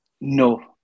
No